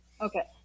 Okay